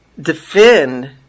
defend